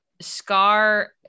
Scar